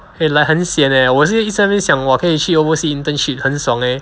eh like 很 sian leh 我 since first sem 想 !wah! 可以去 overseas internship 很爽 leh